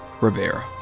Rivera